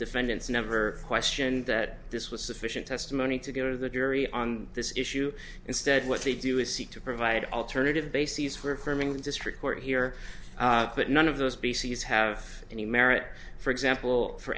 defendants never questioned that this was sufficient testimony to go to the jury on this issue instead what they do is seek to provide alternative bases for affirming the district court here but none of those bases have any merit for example for